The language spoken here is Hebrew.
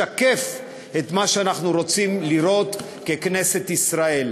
לשקף את מה שאנחנו רוצים לראות ככנסת ישראל: